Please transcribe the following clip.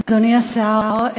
אדוני השר,